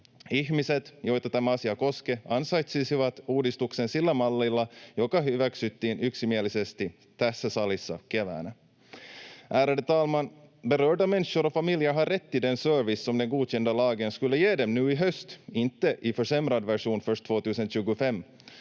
Ihmiset, joita tämä asia koskee, ansaitsisivat uudistuksen sillä mallilla, joka hyväksyttiin yksimielisesti tässä salissa keväällä. Ärade talman! Berörda människor och familjer har rätt till den service som den godkända lagen skulle ge dem nu i höst, inte i försämrad version först 2025.